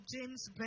James